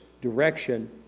direction